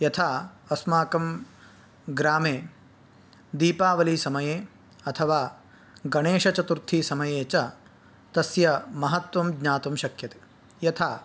यथा अस्माकं ग्रामे दीपावलिसमये अथवा गणेशचतुर्थीसमये च तस्य महत्त्वं ज्ञातुं शक्यते यथा